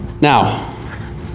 Now